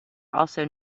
also